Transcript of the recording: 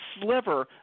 sliver